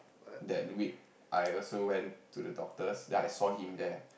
that week I also went to the doctors then I saw him there